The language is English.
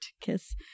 kiss